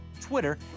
Twitter